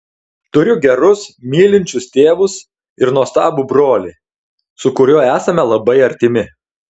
turiu gerus mylinčius tėvus ir nuostabų brolį su kuriuo esame labai artimi